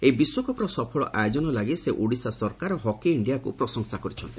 ଏହି ବିଶ୍ୱକପ୍ର ସଫଳ ଆୟୋଜନ ଲାଗି ସେ ଓଡ଼ିଶା ସରକାର ଓ ହକି ଇଣ୍ଡିଆକୁ ପ୍ରଶଂସା କରିଛନ୍ତି